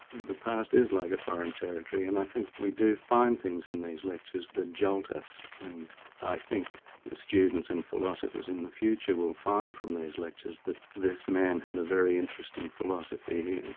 the past is like a foreign territory and i think we do find things in these lectures that jolt us. and i think students and philosophers in the future will find from these lectures that this man had a very interesting philosophy. and